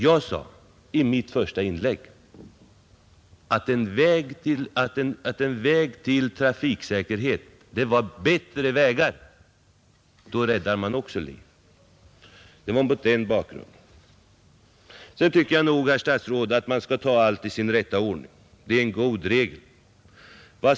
Jag sade i mitt första inlägg att ett sätt att nå större trafiksäkerhet är att bygga bättre vägar. Därigenom räddar man också liv. Sedan tycker jag, herr statsrådet, att man skall ta allt i sin rätta ordning. Det är en god regel.